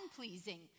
unpleasing